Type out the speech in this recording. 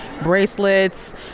bracelets